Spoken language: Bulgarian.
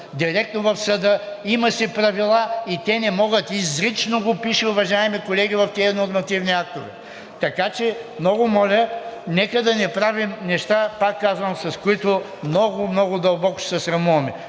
директно в съда. Има си правила и те не могат... Изрично го пише, уважаеми колеги, в тези нормативни актове. Така че много моля, нека да не правим неща, пак казвам, с които много, много дълбоко ще се срамуваме!